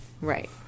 Right